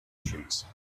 trees